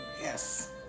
Yes